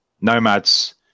Nomads